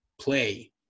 play